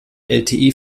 lte